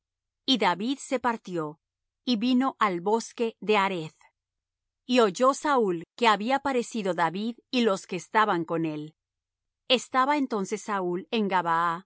y david se partió y vino al bosque de hareth y oyó saúl como había parecido david y los que estaban con él estaba entonces saúl